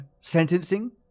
sentencing